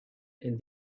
and